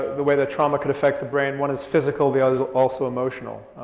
the way that trauma could affect the brain, one is physical, the other is also emotional.